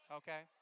okay